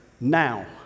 now